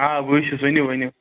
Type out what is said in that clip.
آ بٕے چھُس ؤنِو ؤنِو